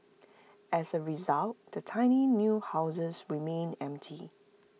as A result the tiny new houses remained empty